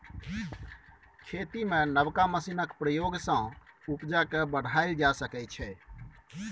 खेती मे नबका मशीनक प्रयोग सँ उपजा केँ बढ़ाएल जा सकै छै